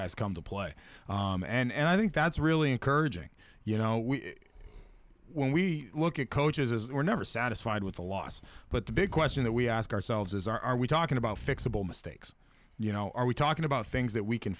guys come to play and i think that's really encouraging you know we when we look at coaches we're never satisfied with a loss but the big question that we ask ourselves is are we talking about fixable mistakes you know are we talking about things that we can